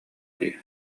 дии